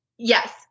Yes